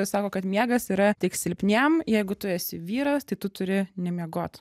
sako kad miegas yra tik silpniem jeigu tu esi vyras tai tu turi nemiegot